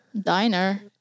diner